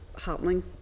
happening